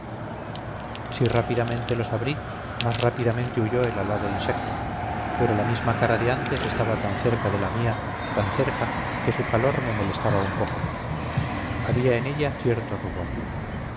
si rápidamente los abrí más rápidamente huyó el alado insecto pero la misma cara de antes estaba tan cerca de la mía tan cerca que su calor me molestaba un poco había en ella cierto rubor